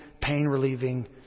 pain-relieving